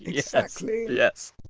exactly yes